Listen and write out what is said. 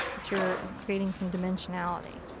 but you're you're creating some dimensionality.